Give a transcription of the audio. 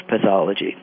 pathology